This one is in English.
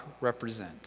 represent